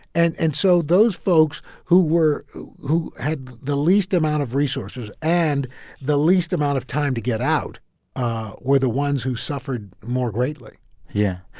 and and so those folks who were who who had the least amount of resources and the least amount of time to get out ah were the ones who suffered more greatly yeah.